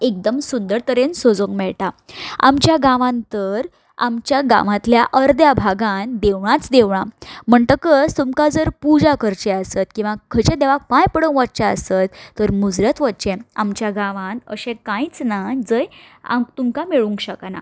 एकदम सुंदर तरेन सजोवंक मेळटा आमच्या गांवान तर आमच्या गांवांतल्या अर्द्या भागान देवळांच देवळां म्हणटकच तुमकां जर पुजा करची आसत किंवां खंयच्याय देवाक पांय पडूंक वचचें आसत तर मुजरत वयचें आमच्या गांवांन अशें कांयच ना जंय तुमकां मेळूंक शकना